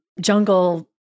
jungle